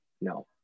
No